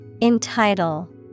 Entitle